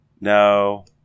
No